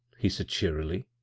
he said cheerily,